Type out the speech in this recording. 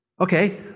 Okay